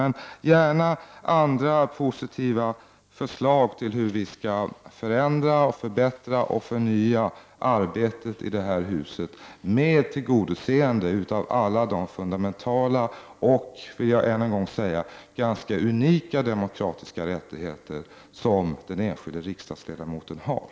Men jag ser gärna andra positiva förslag till hur vi skall förändra, förbättra och förnya arbetet i det här huset, med tillgodoseende av alla de fundamentala och — det vill jag ännu en gång säga — ganska unika demokratiska rättigheter som den enskilda riksdagsledamoten har.